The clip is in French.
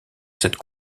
cette